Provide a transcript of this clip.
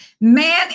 man